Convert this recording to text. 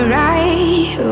right